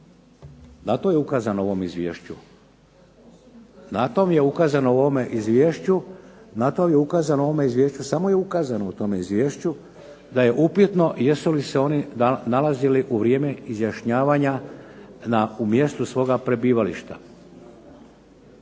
na to je ukazano u ovome izvješću, samo je ukazano u tome izvješću, samo je ukazano da je upitno jesu li se oni nalazili u vrijeme izjašnjavanja u mjestu svoga prebivališta.